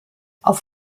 auf